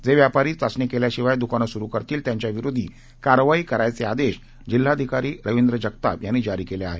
जे व्यापारी चाचणी केल्याशिवाय दुकानं सुरु करतील त्यांच्याविरोधात कारवाई करायचे आदेश जिल्हाधिकारी रविंद्र जगताप यांनी जारी केले आहेत